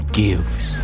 gives